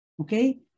Okay